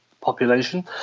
population